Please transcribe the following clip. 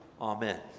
Amen